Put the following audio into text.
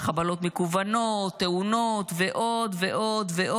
חבלות מכוונות, תאונות ועוד ועוד.